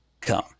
come